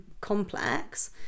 complex